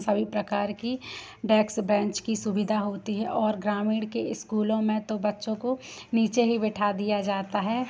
सभी प्रकार की डेक्स बेंच की सुविधा होती है और ग्रामीण के स्कूलों में तो बच्चों को नीचे ही बिठा दिया जाता है